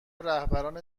رهبران